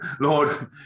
Lord